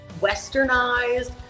westernized